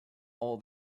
all